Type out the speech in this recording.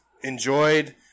enjoyed